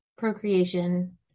procreation